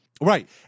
right